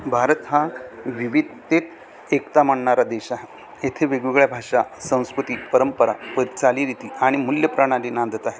भारत हा विविधतेत एकता मानणारा देश आहे येथे वेगवेगळ्या भाषा संस्कृती परंपरा चालीरीती आणि मूल्यप्रणाली नांदत आहे